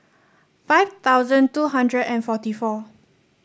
five thousand two hundred and forty four